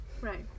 right